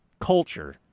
culture